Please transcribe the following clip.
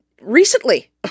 recently